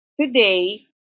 Today